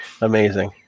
amazing